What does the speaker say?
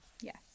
Yes